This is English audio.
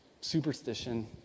superstition